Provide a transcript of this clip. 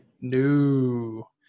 no